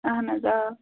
اَہَن حظ آ